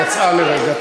היא יצאה לרגע.